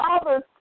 others